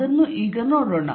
ಅದನ್ನು ನೋಡೋಣ